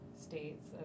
States